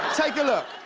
take a look.